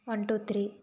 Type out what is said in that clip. one two three